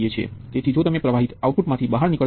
અને જ્યારે હું કહું છું કે તે કેવી રીતે વર્તે છે